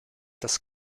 das